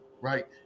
right